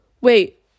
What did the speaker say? wait